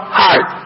heart